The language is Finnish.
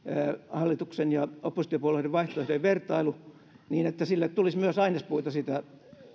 hallituksen ja oppositiopuolueiden vaihtoehtojen vertailu sille tulisi myös ainespuita siitä